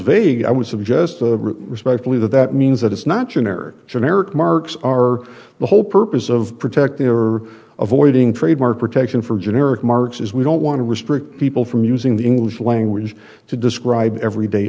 vague i would suggest respectfully that that means that it's not generic generic marks are the whole purpose of protecting error of voiding trademark protection for generic marks is we don't want to restrict people from using the english language to describe everyday